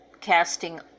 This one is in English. casting